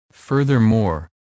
Furthermore